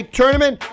tournament